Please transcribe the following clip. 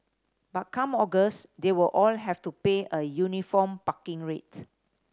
but come August they will all have to pay a uniform parking rate